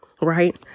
right